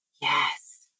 Yes